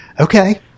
Okay